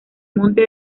monte